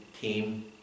team